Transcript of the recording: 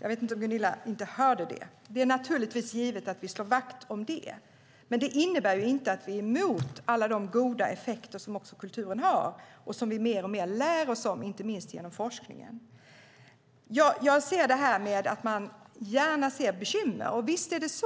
Jag vet inte om Gunilla hörde det. Det är givet att vi slår vakt om det. Men det innebär inte att vi är emot alla de goda effekter som kulturen har och som vi lär oss mer och mer om, inte minst genom forskningen. Man ser gärna bekymmer.